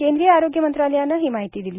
केंद्रीय आरोग्य मंत्रालयानं ही माहिती दिली